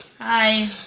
Hi